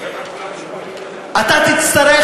אתה תצטרך,